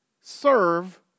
serve